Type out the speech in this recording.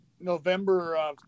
November